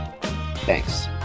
Thanks